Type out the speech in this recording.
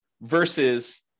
versus